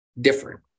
different